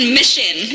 mission